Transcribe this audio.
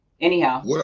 anyhow